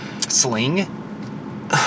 Sling